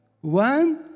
one